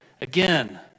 again